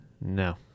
No